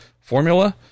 formula